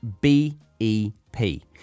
B-E-P